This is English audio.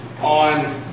on